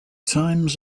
times